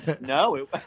No